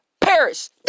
Paris